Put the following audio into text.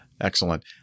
Excellent